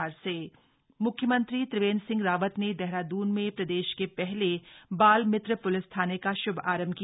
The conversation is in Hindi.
बाल मित्र थाना मुख्यमंत्री त्रिवेन्द्र सिंह रावत ने देहरादून में प्रदेश के शहले बाल मित्र पुलिस थाने का शुभारम्भ किया